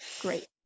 Great